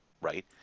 right